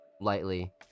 lightly